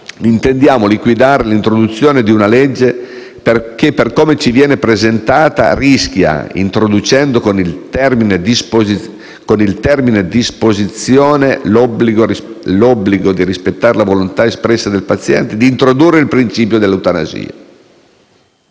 intendiamo liquidare l'introduzione di una legge che - per come ci viene presentata - inserendo con il termine «disposizione» l'obbligo di rispettare la volontà espressa dal paziente, introduce il principio dell'eutanasia.